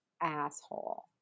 asshole